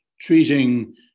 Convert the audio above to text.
treating